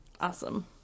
Awesome